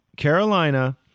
Carolina